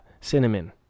cinnamon